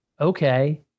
okay